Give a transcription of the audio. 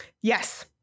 Yes